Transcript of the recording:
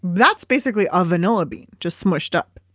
that's basically a vanilla bean just smushed up.